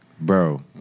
Bro